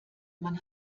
man